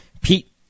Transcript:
Pete